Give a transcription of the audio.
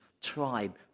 tribe